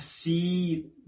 see